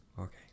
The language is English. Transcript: Okay